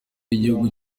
y’igihugu